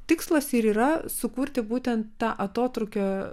tikslas ir yra sukurti būtent tą atotrūkio